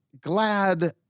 glad